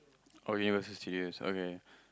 or Universal-Studious okay